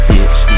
Bitch